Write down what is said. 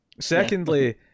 Secondly